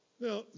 Now